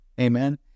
Amen